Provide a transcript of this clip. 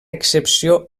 excepció